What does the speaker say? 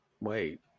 wait